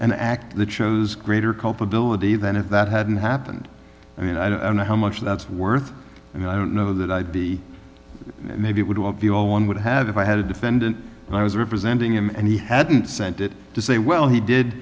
an act that shows greater culpability than if that hadn't happened i mean i don't know how much that's worth and i don't know that i'd be maybe it would be all one would have if i had a defendant and i was representing him and he hadn't sent it to say well he did